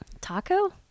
taco